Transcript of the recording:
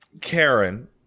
Karen